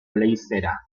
leizera